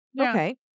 okay